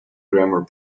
grammar